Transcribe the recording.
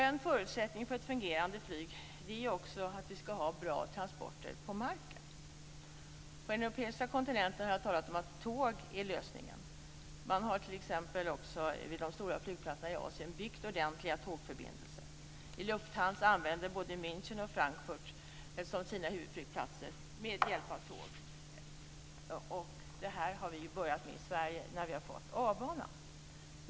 En förutsättning för ett fungerande flyg är att det finns bra transporter på marken. På den europeiska kontinenten har det talats om att tåg är lösningen. Man har t.ex. också vid de stora flygplatserna i Asien byggt ordentliga tågförbindelser. Lufthansa använder både Münchens flygplats och Frankfurts flygplats som huvudflygplatser med hjälp av tåg. Och det här har vi ju börjat med i Sverige i och med att vi har fått A-banan.